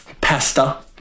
pasta